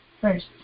first